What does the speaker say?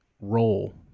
roll